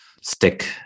stick